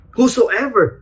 Whosoever